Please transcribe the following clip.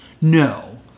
No